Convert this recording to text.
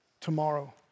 tomorrow